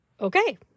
Okay